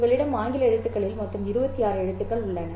உங்களிடம் ஆங்கில எழுத்துக்களில் மொத்தம் 26 எழுத்துக்கள் உள்ளன